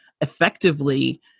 effectively